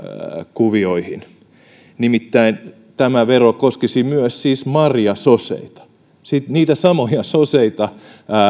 kuvioihin nimittäin tämä vero koskisi myös marjasoseita niitä samoja soseita